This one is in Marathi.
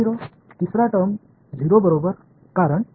0 तिसरा टर्म 0 बरोबर कारण